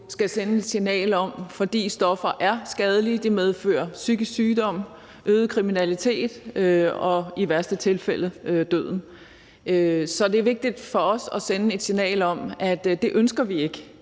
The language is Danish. skal sende et signal om, at stoffer er skadelige. De medfører psykisk sygdom, øget kriminalitet og i værste tilfælde døden. Så det er vigtigt for os at sende et signal om, at det ønsker vi ikke